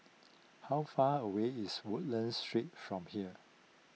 how far away is Woodlands Street from here